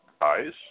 eyes